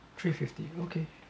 three-fifty okay